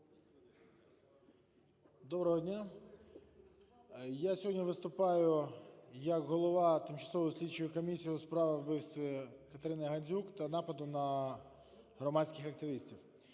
Доброго дня! Я сьогодні виступаю як голова Тимчасової слідчої комісії у справах вбивства КатериниГандзюк та нападу на громадських активістів.